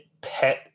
pet